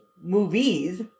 movies